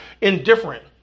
indifferent